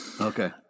Okay